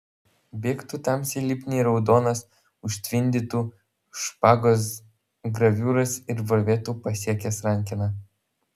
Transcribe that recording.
bėgtų tamsiai lipniai raudonas užtvindytų špagos graviūras ir varvėtų pasiekęs rankeną